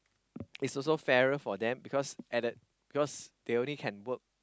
it's also fairer for them because at the because they only can work